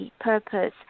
purpose